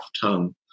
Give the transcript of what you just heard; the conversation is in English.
tongue